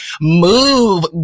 Move